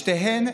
בשתיהן,